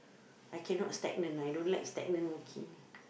I cannot stagnant I don't like stagnant working